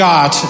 God